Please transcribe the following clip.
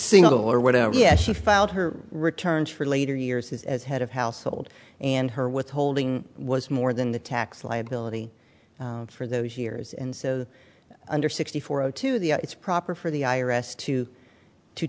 single or whatever yes she filed her returns for later years as head of household and her withholding was more than the tax liability for those years and so under sixty four zero to the it's proper for the i r s to to